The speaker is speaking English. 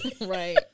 Right